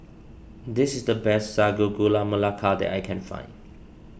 this is the best Sago Gula Melaka that I can find